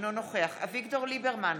אינו נוכח אביגדור ליברמן,